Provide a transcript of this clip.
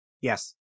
yes